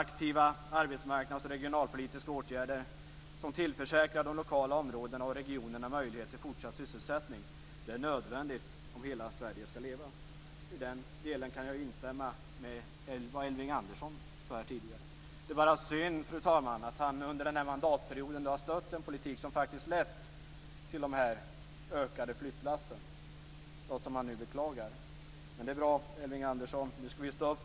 Aktiva arbetsmarknads och regionalpolitiska åtgärder som tillförsäkrar de lokala områdena och regionerna möjlighet till fortsatt sysselsättning är nödvändiga om hela Sverige skall leva. I den delen kan jag instämma i det Elving Andersson sade här tidigare. Det är bara synd, fru talman, att han under den här mandatperioden har stött en politik som har lett till det ökade antalet flyttlass - något som han nu beklagar. Men det är bra, Elving Andersson.